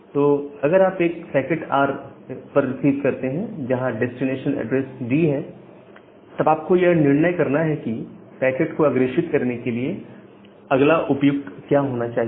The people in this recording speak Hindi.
तो अगर आप एक पैकेट R पर रिसीव करते हैं जहां डेस्टिनेशन एड्रेस D है तब आपको यह निर्णय करना है कि पैकेट को अग्रेषित करने के लिए अगला उपयुक्त क्या होना चाहिए